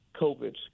COVID